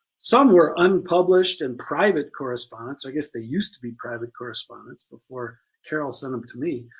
some were unpublished and private correspondence, i guess they used to be private correspondence before carol sent them to me,